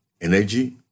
energy